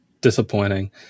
disappointing